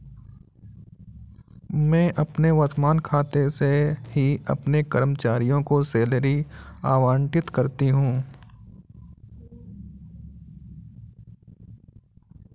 मैं अपने वर्तमान खाते से ही अपने कर्मचारियों को सैलरी आबंटित करती हूँ